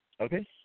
Okay